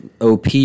OP